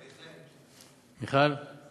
מיכל?